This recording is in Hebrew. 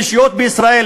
רשויות בישראל,